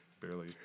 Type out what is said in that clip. barely